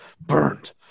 burned